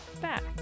back